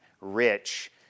rich